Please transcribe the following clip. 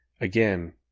Again